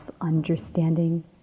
understanding